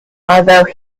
although